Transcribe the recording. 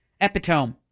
epitome